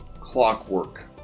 clockwork